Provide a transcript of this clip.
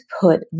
put